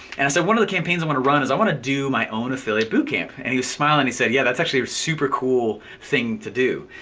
and i said one of the campaigns i wanna run, is i wanna do my own affiliate bootcamp. and he was smiling and he said, yeah that's actually super cool thing to do.